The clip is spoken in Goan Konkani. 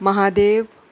महादेव